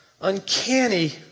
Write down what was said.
uncanny